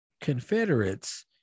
confederates